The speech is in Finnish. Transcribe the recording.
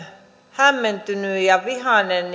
hämmentynyt ja vihainen